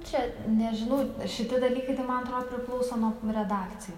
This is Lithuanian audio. čia nežinau šiti dalykai tai man atro priklauso nuo redakcijų tiesiog